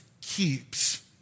keeps